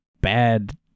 bad